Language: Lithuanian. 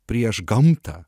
prieš gamtą